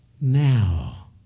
now